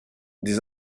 des